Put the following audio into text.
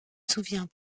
souvient